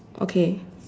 okay